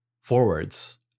forwards